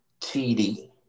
TD